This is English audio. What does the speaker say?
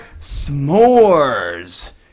s'mores